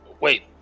Wait